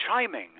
chiming